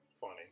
funny